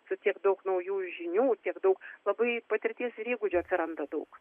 su tiek daug naujų žinių tiek daug labai patirties ir įgūdžių atsiranda daug